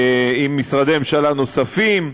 עם משרדי ממשלה נוספים,